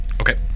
Okay